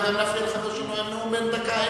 לחבר שנואם נאום בן דקה.